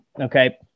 okay